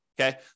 okay